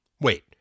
Wait